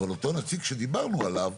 אותו נציג שדיברנו עליו,